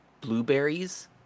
blueberries